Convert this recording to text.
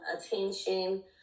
attention